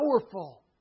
powerful